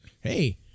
Hey